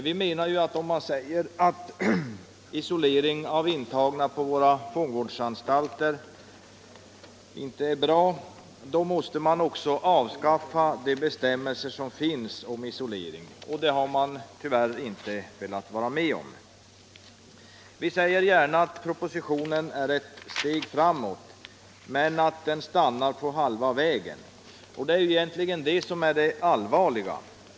Om man säger att isolering av intagna på våra fångvårdsanstalter inte är bra, då menar vi att man också måste avskaffa de bestämmelser som finns om isolering, men det har man tyvärr inte velat vara med om. Vi säger gärna att propositionen är ett steg framåt men att man stannar på halva vägen — och det är egentligen det som är det allvarliga.